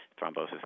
thrombosis